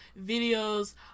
videos